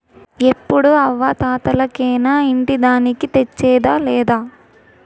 ఎప్పుడూ అవ్వా తాతలకేనా ఇంటి దానికి తెచ్చేదా లేదా